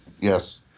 Yes